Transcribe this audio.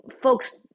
folks